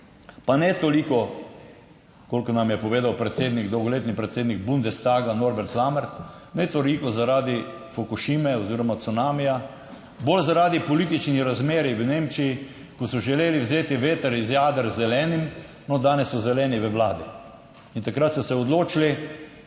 Pa ne toliko, kolikor nam je povedal predsednik, dolgoletni predsednik bundestaga Norbert Lammert, ne toliko, zaradi Fukušime oziroma cunamija, bolj zaradi političnih razmerij v Nemčiji, ko so želeli vzeti veter iz jader z zelenim, no, danes so zeleni v vladi. In takrat so se odločili,